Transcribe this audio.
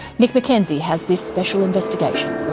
nick mckenzie has this special investigation.